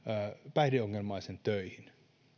päihdeongelmaisen töihin